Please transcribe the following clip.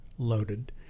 loaded